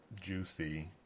juicy